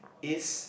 is